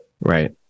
right